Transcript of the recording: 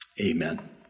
Amen